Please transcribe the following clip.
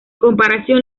comparación